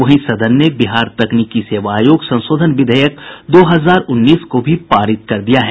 वहीं सदन ने बिहार तकनीकी सेवा आयोग संशोधन विधेयक दो हजार उन्नीस को भी पारित कर दिया है